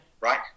Right